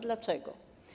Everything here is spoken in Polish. Dlaczego?